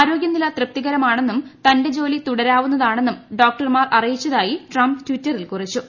ആരോഗ്യനീല്ല തൃപ്തികരമാണെന്നും തന്റെ ജോലി തുടരാവുന്നത്താണെന്നും ഡോക്ടർമാർ അറിയിച്ചതായി ട്രംപ് ട്ടൂീറ്ററിൽ കുറിച്ചു